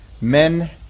men